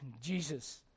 Jesus